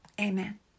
Amen